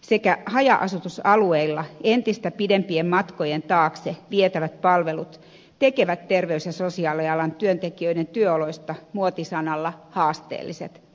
sekä haja asutusalueilla entistä pidempien matkojen taakse vietävät palvelut tekevät terveys ja sosiaalialan työntekijöiden työoloista muotisanalla haasteelliset